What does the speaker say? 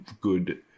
good